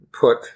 put